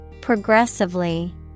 Progressively